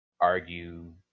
argue